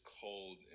cold